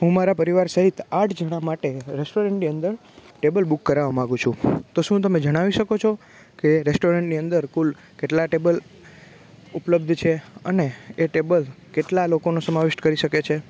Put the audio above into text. હું મારા પરિવાર સહિત આઠ જણા માટે રેસ્ટોરન્ટની અંદર ટેબલ બુક કરાવવા માંગુ છું તો શું તમે જણાવી શકો છો કે રેસ્ટોરન્ટની અંદર કુલ કેટલાં ટેબલ ઉપલબ્ધ છે અને એ ટેબલ કેટલાં લોકોનો સમાવેશ કરી શકે છે